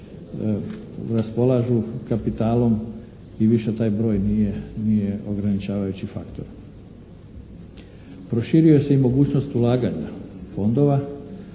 raspolažu kapitalom i više taj broj nije ograničavajući faktor. Proširuje se i mogućnost ulaganja fondova,